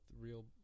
real